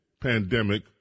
pandemic